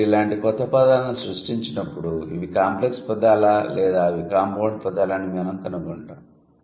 మీరు ఇలాంటి కొత్త పదాలను సృష్టించినప్పుడు ఇవి కాంప్లెక్స్ పదాలా లేదా ఇవి కాంపౌండ్ పదాలా అని మనం కనుగొంటాము